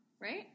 right